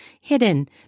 hidden